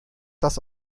das